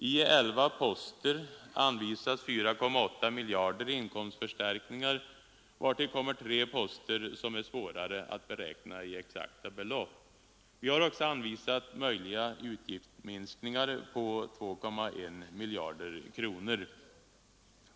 I elva poster anvisas 4,8 miljarder i inkomstförstärkningar, vartill kommer tre poster som är svårare att beräkna i exakta belopp. Vi har också anvisat möjliga utgiftsminskningar på 2,1 miljarder kronor.